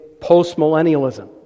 postmillennialism